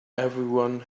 everyone